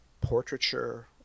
portraiture